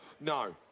No